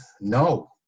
no